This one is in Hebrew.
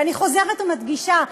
ואני חוזרת ומדגישה,